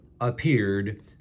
appeared